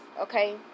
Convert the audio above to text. okay